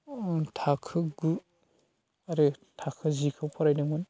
थाखो गु आरो थाखो जिखौ फरायदोंमोन